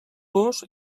los